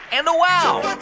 and a wow!